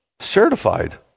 certified